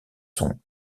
sont